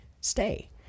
stay